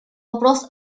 вопрос